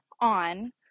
on